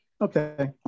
okay